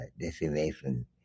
decimation